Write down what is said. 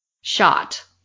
shot